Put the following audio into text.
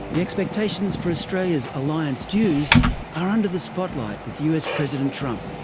the expectations for australia's alliance dues are under the spotlight with us president trump.